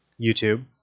YouTube